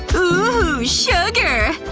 ooh, sugar!